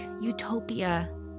utopia